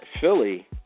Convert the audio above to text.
Philly